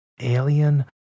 Alien